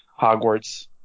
Hogwarts